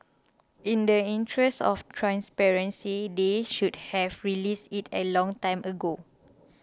in the interest of transparency they should have released it a long time ago